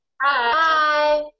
Hi